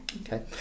Okay